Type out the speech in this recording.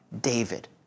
David